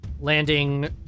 landing